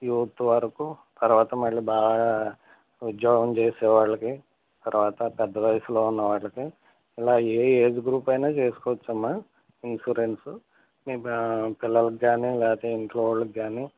youth వరకు తరువాత మళ్ళీ బాగా ఉద్యోగం చేసేవాళ్ళకి తరువాత పెద్ద వయసులో ఉన్నవాళ్ళకి ఇలా ఏ ఏజ్ గ్రూప్ అయినా చేసుకోవచ్చమ్మ ఇన్సూరెన్స్ మీ పిల్లలకి కానీ లేకపోతే ఇంట్లోవాళ్ళకి కానీ